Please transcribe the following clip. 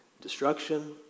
destruction